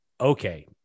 okay